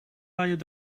leien